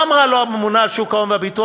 מה אמרה לו הממונה על שוק ההון והביטוח?